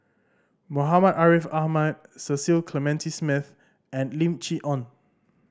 Muhammad Ariff Ahmad Cecil Clementi Smith and Lim Chee Onn